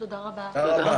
תודה רבה.